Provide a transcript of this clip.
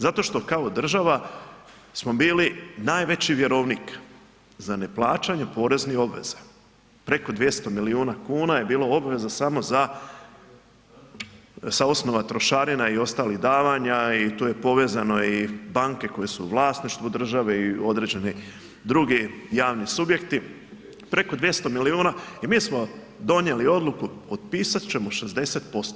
Zato što kao država smo bili najveći vjerovnik za neplaćanje poreznih obveza, preko 200 milijuna kuna je bilo obveza samo za, sa osnova trošarina i ostalih davanja i tu je povezano i banke koje su u vlasništvu države i određeni drugi javni subjekti, preko 200 milijuna i mi smo donijeli odluku potpisat ćemo 60%